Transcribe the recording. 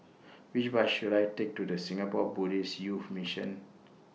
Which Bus should I Take to The Singapore Buddhist Youth Mission